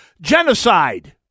genocide